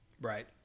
Right